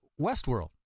Westworld